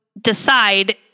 decide